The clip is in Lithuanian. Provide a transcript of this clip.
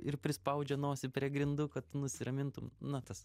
ir prispaudžia nosį prie grindų kad nusiramintum na tas